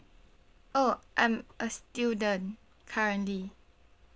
oh I'm a student currently